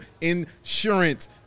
insurance